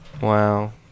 Wow